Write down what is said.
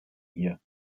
hier